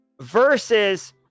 versus